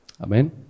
Amen